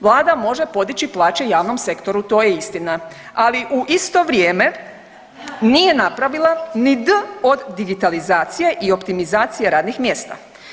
Vlada može podići plaće javnom sektoru, to je istina, ali u isto vrijeme nije napravila ni d od digitalizacije i optimizacije radnih mjesta.